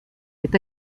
est